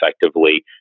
effectively